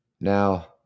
Now